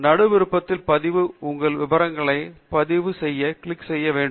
நடு விருப்பத்தில் பதிவு உங்கள் விவரங்களை பதிவு செய்ய கிளிக் செய்ய வேண்டும்